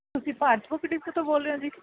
ਤੁਸੀਂ Bharat book depot ਤੋਂ ਬੋਲ ਰਹੇ ਹੋ ਜੀ